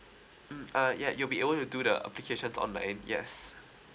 mm uh ya you'll be able to do the application online yes